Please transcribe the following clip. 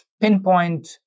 pinpoint